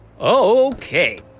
Okay